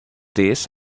this